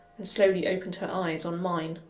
and slowly opened her eyes on mine.